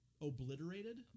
Obliterated